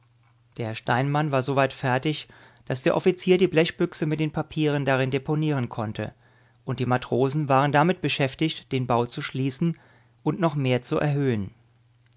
der steinmann war soweit fertig daß der offizier die blechbüchse mit den papieren darin deponieren konnte und die matrosen waren damit beschäftigt den bau zu schließen und noch mehr zu erhöhen